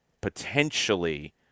potentially